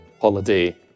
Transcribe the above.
holiday